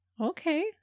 Okay